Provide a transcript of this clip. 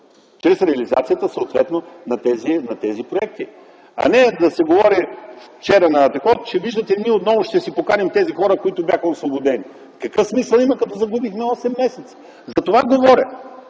чрез реализацията на тези проекти. Не да се говори вчера, че, виждате ли, ние отново ще си поканим тези хора, които бяха освободени. Какъв смисъл има, като загубихме осем месеца? За това говоря.